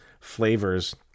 flavors